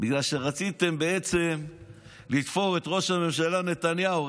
בגלל שרציתם בעצם לתפור את ראש הממשלה נתניהו,